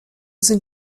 sind